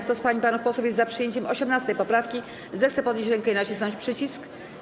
Kto z pań i panów posłów jest za przyjęciem 18. poprawki, zechce podnieść rękę i nacisnąć przycisk.